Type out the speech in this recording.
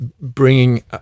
bringing